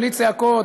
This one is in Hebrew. בלי צעקות,